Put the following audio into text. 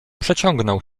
przeciągnął